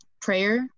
prayer